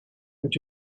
would